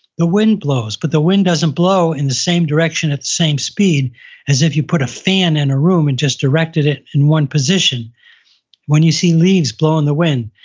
the wind blows, but the wind doesn't blow in the same direction at the same speed as if you put a fan in a room and just directed it in one position when you see leaves blow in the wind,